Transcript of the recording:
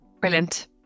Brilliant